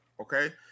Okay